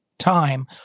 time